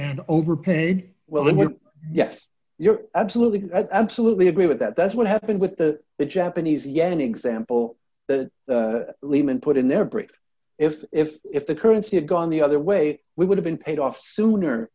and overpaid well then well yes you're absolutely right i absolutely agree with that that's what happened with the the japanese yen example that lehman put in their brakes if if if the currency had gone the other way we would have been paid off sooner